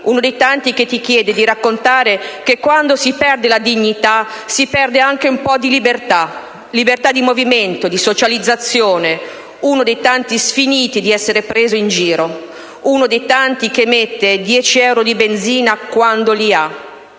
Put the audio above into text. Uno dei tanti che ti chiede di raccontare che quando si perde la dignità, si perde anche un po' di libertà: libertà di movimento, di socializzazione. Uno dei tanti sfiniti di essere presi in giro. Uno dei tanti che mette 10 euro di benzina quando li ha».